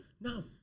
No